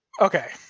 Okay